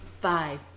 five